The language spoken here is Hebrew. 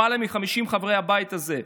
למעלה מ-50 חברי הבית הזה.